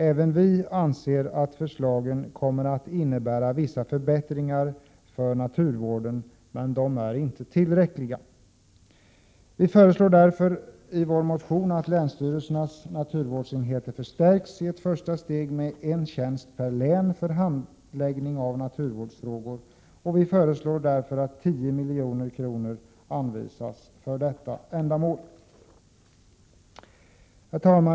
Även vi anser att förslagen kommer att innebära vissa förbättringar för naturvården, men de är inte tillräckliga. Vi föreslår därför i vår motion att länsstyrelsernas naturvårdsenheter skall förstärkas i ett första steg med en tjänst per län för handläggning av naturvårdsfrågor. Vi föreslår att 10 milj.kr. anvisas för detta ändamål.